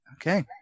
Okay